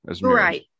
Right